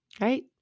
Right